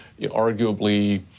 arguably